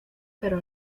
pero